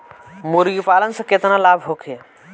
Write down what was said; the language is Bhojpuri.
मुर्गीपालन से केतना लाभ होखे?